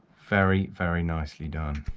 very, very nicely done.